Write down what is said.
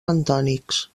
bentònics